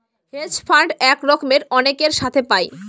hedge fund এক রকমের অনেকের সাথে পায়